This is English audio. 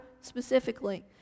specifically